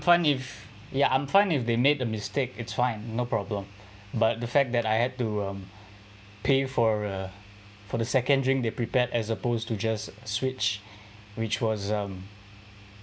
fine if ya I'm fine if they made a mistake it's fine no problem but the fact that I had to um pay for a for the second drink they prepared as opposed to just switch which was um